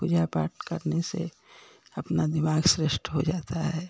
पूजा पाठ करने से अपना दिमाग श्रेष्ठ हो जाता है